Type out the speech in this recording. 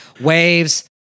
Waves